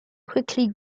quickly